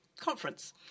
conference